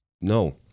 No